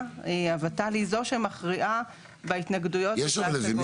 הוות"ל היא זו שמכריעה בהתנגדויות ובהשגות.